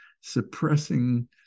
suppressing